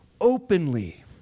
openly